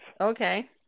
Okay